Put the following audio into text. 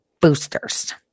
boosters